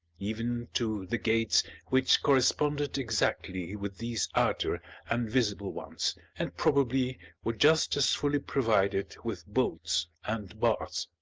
even to the gates which corresponded exactly with these outer and visible ones and probably were just as fully provided with bolts and bars.